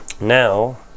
Now